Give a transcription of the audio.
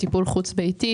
טיפול חוץ ביתי,